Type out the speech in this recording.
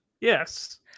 yes